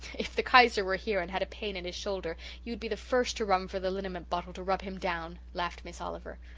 if the kaiser were here and had a pain in his shoulder you'd be the first to run for the liniment bottle to rub him down, laughed miss oliver.